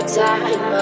time